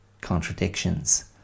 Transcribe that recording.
contradictions